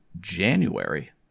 January